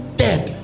dead